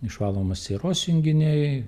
išvalomos sieros junginiai